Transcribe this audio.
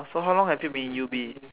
so how long have you been in U_B